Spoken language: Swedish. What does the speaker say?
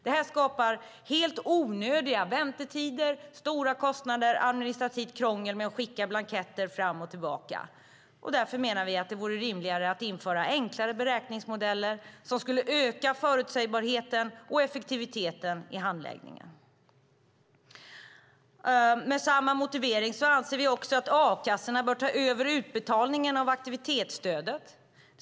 Det skapar helt onödiga väntetider, stora kostnader och administrativt krångel med att skicka blanketter fram och tillbaka. Därför menar vi att det vore rimligare att införa enklare beräkningsmodeller som skulle öka förutsägbarheten och effektiviteten i handläggningen. Med samma motivering anser vi också att a-kassorna bör ta över utbetalningen av aktivitetsstödet.